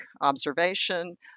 observation